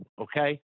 okay